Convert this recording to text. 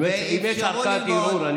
אם יש ערכאת ערעור.